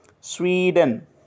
Sweden